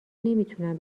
نمیتونم